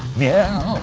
yeah,